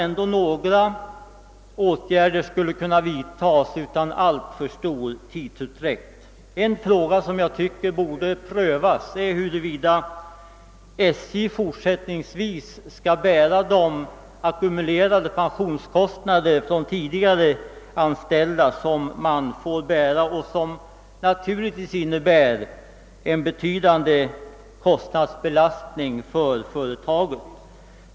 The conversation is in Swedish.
Några åtgärder borde dock kunna vidtas mycket snabbt. En fråga som jag tycker borde prövas är huruvida SJ i fortsättningen skall bära de ackumulerade pensionskostnaderna för tidigare anställda som naturligtvis innebär en betydande kostnadsbelastning för företaget.